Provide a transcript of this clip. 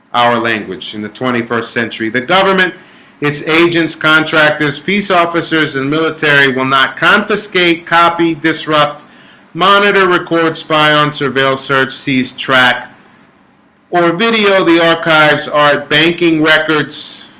our language in the twenty first century the government its agents contractors peace officers and military will not confiscate copy disrupt monitor record spy on surveil search seize track or video the archives are banking records